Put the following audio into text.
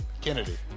Kennedy